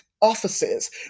offices